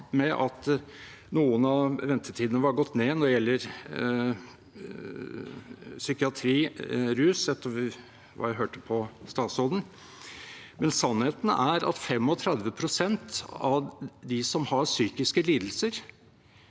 med at noen av ventetiden har gått ned når det gjelder psykiatri og rus, etter hva jeg hørte fra statsråden, men sannheten er at 35 pst. av dem som har psykiske lidelser